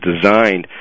designed